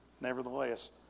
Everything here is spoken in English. nevertheless